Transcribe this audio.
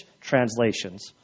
translations